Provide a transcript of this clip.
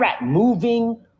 Moving